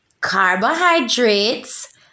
carbohydrates